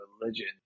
religion